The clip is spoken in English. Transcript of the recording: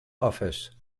office